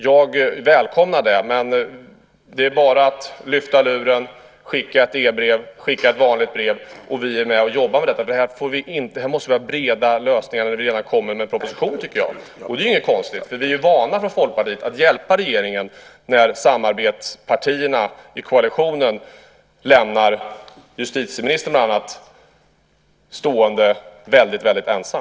Jag välkomnar det, men det är bara att lyfta luren, skicka ett e-brev, skicka ett vanligt brev, och vi är med och jobbar med detta. Här måste vi ha breda lösningar redan när det kommer en proposition, tycker jag. Det är ju inget konstigt. Vi är vana från Folkpartiet att hjälpa regeringen när samarbetspartierna i koalitionen lämnar justitieministern stående väldigt ensam.